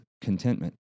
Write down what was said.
contentment